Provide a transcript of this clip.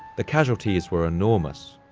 the casualties were enormous,